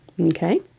Okay